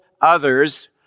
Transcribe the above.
others